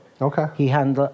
Okay